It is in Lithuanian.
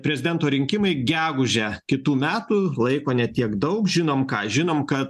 prezidento rinkimai gegužę kitų metų laiko ne tiek daug žinom ką žinom kad